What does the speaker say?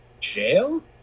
jail